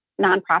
nonprofit